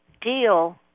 deal